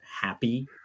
happy